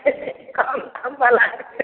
कतेक कम दामबला कतेक हय